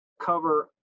cover